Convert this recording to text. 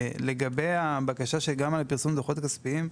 לגבי הבקשה של פרסום הדו"חות הכספיים: